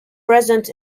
present